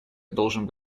должен